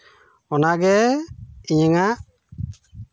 ᱚᱱᱟᱜᱮ ᱤᱧᱟᱹᱝ ᱟᱜ